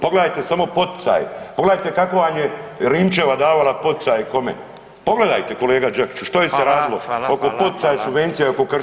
Pogledajte samo poticaj, pogledajte kako vam je Rimčeva davala poticaje i kome, pogledajte kolega Đakiću što je se radilo [[Upadica: Fala, fala, fala, fala]] oko poticaja, subvencija i oko krša